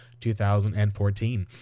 2014